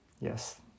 Yes